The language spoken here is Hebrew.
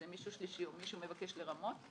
איזה מישהו שלישי או מישהו מבקש לרמות.